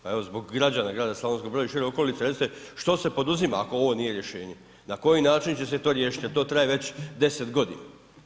Pa evo zbog građana grada Slavonskog Broda i šire okolice recite što se poduzima ako ovo nije rješenje, na koji način će se to riješiti jer to traje već 10.g.